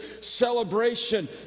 celebration